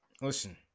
Listen